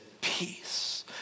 peace